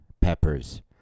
peppers